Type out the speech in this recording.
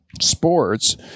sports